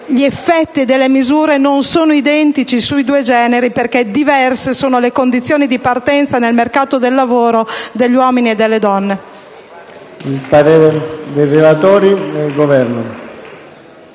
gli effetti delle misure non sono identici sui due generi, perche´ diverse sono le condizioni di partenza nel mercato del lavoro degli uomini e delle donne.